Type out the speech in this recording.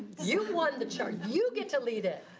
you've won the chart. you get to lead it.